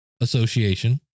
Association